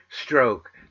stroke